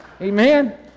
Amen